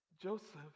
Joseph